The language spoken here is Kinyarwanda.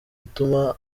gutuma